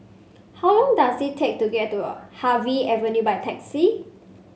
how long does it take to get to Harvey Avenue by taxi